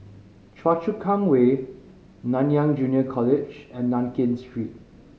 Choa Chu Kang Way Nanyang Junior College and Nankin Street